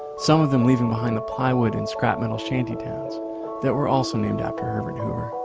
some of them leaving behind the plywood and scrap metal shanty towns that were also named after herbert hoover.